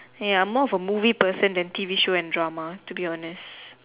hey I am more of a movie person than T_V show and drama to be honest